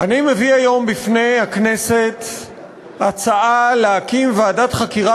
אני מביא היום בפני הכנסת הצעה להקים ועדת חקירה